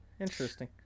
interesting